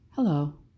Hello